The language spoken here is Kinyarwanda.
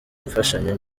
imfashanyo